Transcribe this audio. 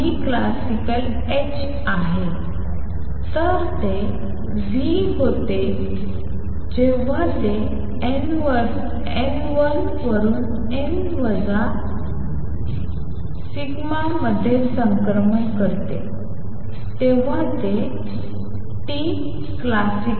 तर ते ν जेव्हा ते n1 वरून n τ मध्ये संक्रमण करते तेव्हा ते classical